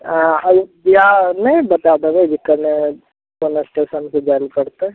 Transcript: अँ area नहि बतै देबै जे कोन्ने कोन एस्टेशनसे जाइ ले पड़तै